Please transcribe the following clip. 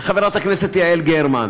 חברת הכנסת יעל גרמן,